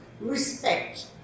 respect